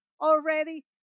already